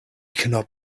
cannot